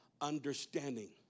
understanding